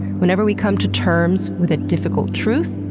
whenever we come to terms with a difficult truth,